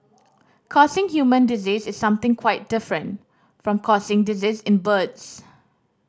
causing human disease is something quite different from causing disease in birds